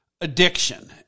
addiction